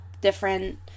different